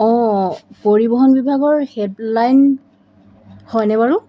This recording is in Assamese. অঁ পৰিবহণ বিভাগৰ হেল্পলাইন হয়নে বাৰু